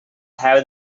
have